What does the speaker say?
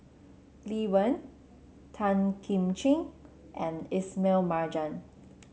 Lee Wen Tan Kim Ching and Ismail Marjan